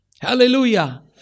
Hallelujah